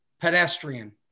pedestrian